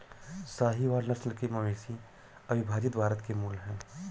साहीवाल नस्ल के मवेशी अविभजित भारत के मूल हैं